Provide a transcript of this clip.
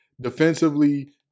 defensively